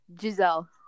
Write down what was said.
Giselle